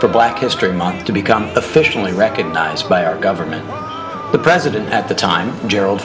for black history month to become officially recognized by our government the president at the time gerald